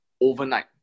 overnight